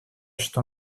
что